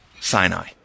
Sinai